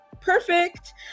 perfect